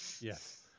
Yes